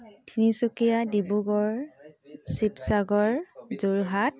Tinsukia Dibrugarh Sivasagar Jorhat